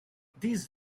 these